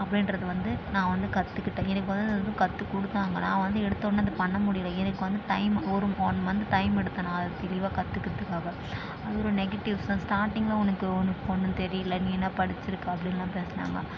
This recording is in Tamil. அப்படின்றது வந்து நான் வந்து கற்றுக்கிட்டேன் எனக்கு வந்து அது வந்து கற்றுக் கொடுத்தாங்க நான் வந்து எடுத்த உடனே அது பண்ண முடியல எனக்கு வந்து டைம் ஒரு ஒன் மந்த் டைம் எடுத்தேன் நான் அதை தெளிவாக கற்றுக்கறதுக்காக அவ்வளோ நெகட்டிவ்ஸெலாம் ஸ்டார்டிங்கில் உனக்கு உனக்கு ஒன்றும் தெரியலை நீ என்ன படிச்சுருக்க அப்படின்லாம் பேசினாங்க